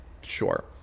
Sure